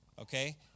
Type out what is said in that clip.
Okay